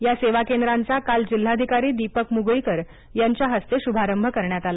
या सेवा केंद्राचा काल जिल्हाधिकारी दीपक मुगळीकर यांच्या हस्ते शुभारंभ करण्यात आला